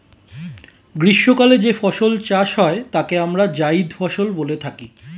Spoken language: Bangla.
গ্রীষ্মকালে যে ফসল চাষ হয় তাকে আমরা জায়িদ ফসল বলে থাকি